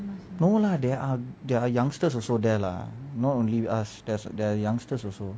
no lah there are there are youngsters also there lah not only us there's youngsters also